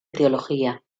teología